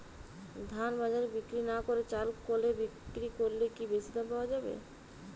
ধান বাজারে বিক্রি না করে চাল কলে বিক্রি করলে কি বেশী দাম পাওয়া যাবে?